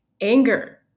anger